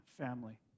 family